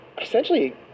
essentially